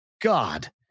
God